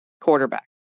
quarterback